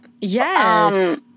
Yes